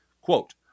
Quote